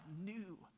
new